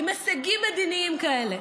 עם הישגים מדיניים כאלה,